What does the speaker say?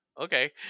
Okay